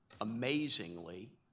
amazingly